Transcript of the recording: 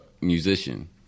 musician